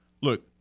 look